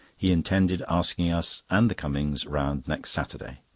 he intended asking us and the cummings round next saturday.